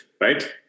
right